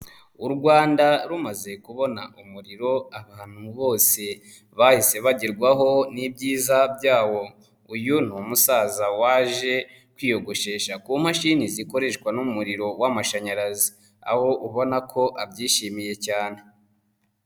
U Rwanda rumaze kubona umuriro abantu bose bahise bagerwaho n'ibyiza byawo. Uyu ni umusaza waje kwiyogoshesha ku mashini zikoreshwa n'umuriro w'amashanyarazi, aho ubona ko abyishimiye cyane.